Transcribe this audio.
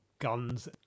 guns